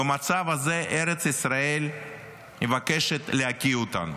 במצב הזה ארץ ישראל מבקשת להקיא אותם.